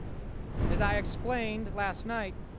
as i explained last night,